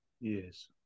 Yes